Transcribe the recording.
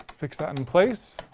fix that in place,